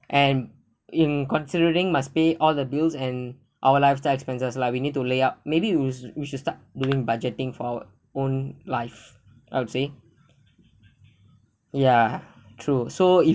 and in considering must pay all the bills and our lifestyle expenses like we need to layout maybe we should we should start doing budgeting for our own life I would say ya true so if